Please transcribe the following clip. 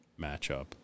matchup